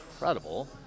incredible